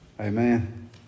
Amen